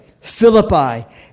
Philippi